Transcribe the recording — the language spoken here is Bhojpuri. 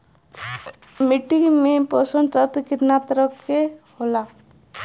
मिट्टी में पोषक तत्व कितना तरह के होला?